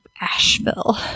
Asheville